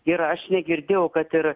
ir aš negirdėjau kad ir